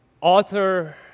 Author